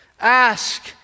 Ask